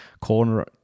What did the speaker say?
corner